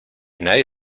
nadie